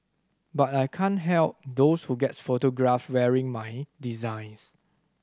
but I can't help those who gets photographed wearing my designs